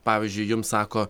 pavyzdžiui jums sako